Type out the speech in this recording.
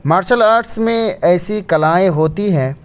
martial arts میں ایسی کلائیں ہوتی ہے